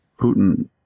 Putin